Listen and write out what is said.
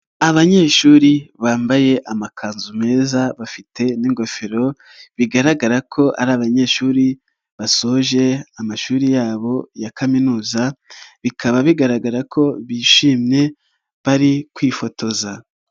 Abanyeshuri bambaye amakanzu meza bafite n'ingofero, bigaragara ko ari abanyeshuri basoje amashuri yabo ya kaminuza, bikaba bigaragara ko bishimye bari kwifotoza.